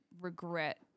Regret